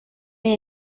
mae